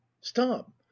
stop